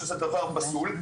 שזה דבר פסול,